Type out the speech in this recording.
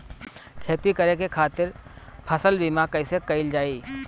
खेती करे के खातीर फसल बीमा कईसे कइल जाए?